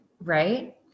Right